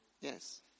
yes